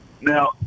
Now